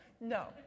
no